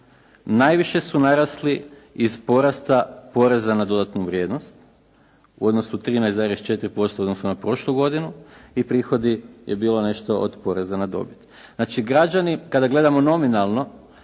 Najviše su narasli iz porasta poreza na dodatnu vrijednost u odnosu 13,4%, odnosno na prošlu godinu i prihodi je bilo nešto od poreza na dobit. Znači građani, kada gledamo nominalno